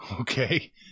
Okay